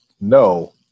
no